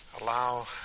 allow